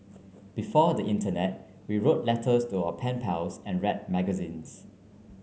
before the internet we wrote letters to our pen pals and read magazines